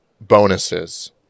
bonuses